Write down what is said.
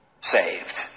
saved